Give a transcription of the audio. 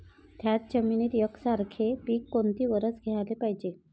थ्याच जमिनीत यकसारखे पिकं किती वरसं घ्याले पायजे?